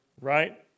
right